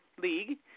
league